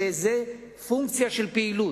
שזה פונקציה של פעילות.